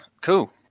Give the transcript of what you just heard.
Cool